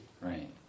Right